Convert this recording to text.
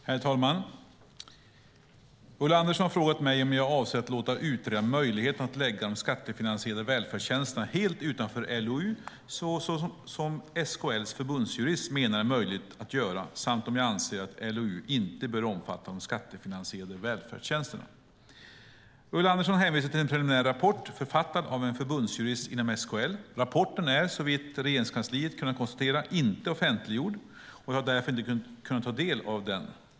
Herr talman! Ulla Andersson har frågat mig om jag avser att låta utreda möjligheterna att lägga de skattefinansierade välfärdstjänsterna helt utanför LOU så som SKL:s förbundsjurist menar är möjligt att göra samt om jag anser att LOU inte bör omfatta de skattefinansierade välfärdstjänsterna. Ulla Andersson hänvisar till en preliminär rapport författad av en förbundsjurist inom SKL. Rapporten är, såvitt Regeringskansliet kunnat konstatera, inte offentliggjord, och jag har därför inte kunnat ta del av den.